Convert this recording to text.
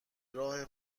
راه